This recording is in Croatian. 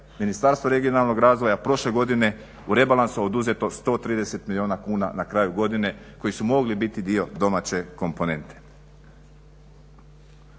Ministarstvo regionalnog razvoja prošle godine u rebalansu oduzeto 130 milijuna kuna na kraju godine koji su mogli biti dio domaće komponente.